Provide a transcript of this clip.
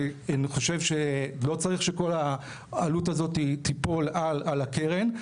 אני חושב שלא צריך שכל העלות הזאת תיפול על הקרן,